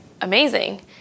amazing